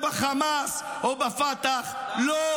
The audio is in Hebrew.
לא